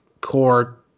core